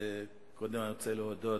קודם אני רוצה להודות